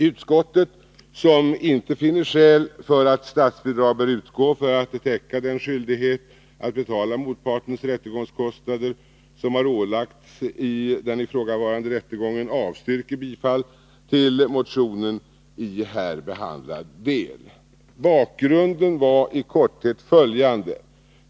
Utskottet, som inte finner skäl för att statsbidrag bör utgå för att täcka den skyldighet att betala motpartens rättegångskostnader som har ålagts i den ifrågavarande rättegången, avstyrker bifall till motionen i här behandlad del. Bakgrunden var i korthet följande.